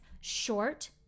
short